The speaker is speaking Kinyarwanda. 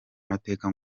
mateka